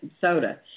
soda